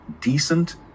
decent